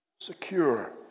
Secure